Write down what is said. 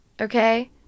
okay